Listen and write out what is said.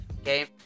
okay